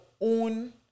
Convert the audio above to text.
own